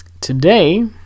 Today